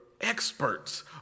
experts